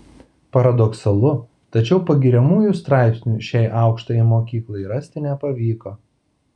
paradoksalu tačiau pagiriamųjų straipsnių šiai aukštajai mokyklai rasti nepavyko